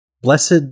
blessed